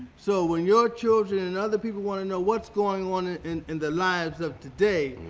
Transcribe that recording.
so when your children and other people want to know what's going on and in the lives of today,